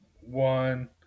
One